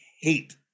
hate